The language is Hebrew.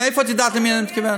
מאיפה את יודעת למי אני מתכוון?